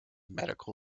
medical